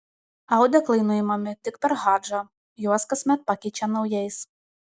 audeklai nuimami tik per hadžą juos kasmet pakeičia naujais